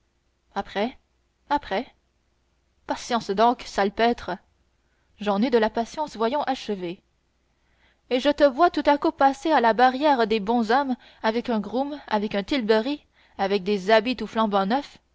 après après patience donc salpêtre j'en ai de la patience voyons achevez et je te vois tout à coup passer à la barrière des bons hommes avec un groom avec un tilbury avec des habits